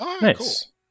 Nice